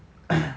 and